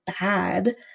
bad